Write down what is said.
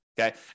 Okay